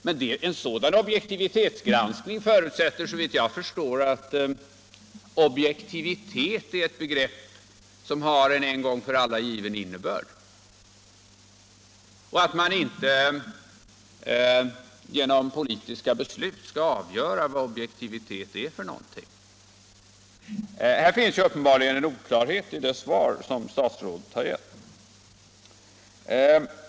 Men en sådan objektivitetsgranskning förutsätter såvitt jag kan förstå att ”objektivitet” är ett begrepp som har en en gång för alla given innebörd och att man inte genom politiska beslut skall avgöra vad ”objektivitet” är för någonting. — Här finns uppenbarligen en oklarhet i det svar statsrådet lämnat.